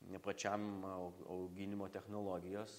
ne pačiam au auginimo technologijos